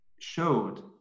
showed